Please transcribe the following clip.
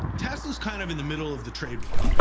tesla's kind of in the middle of the trade war.